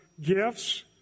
gifts